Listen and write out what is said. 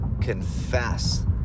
confess